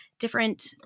different